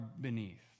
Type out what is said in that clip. beneath